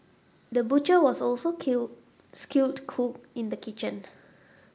the butcher was also kill skilled cook in the kitchen